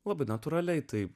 labai natūraliai taip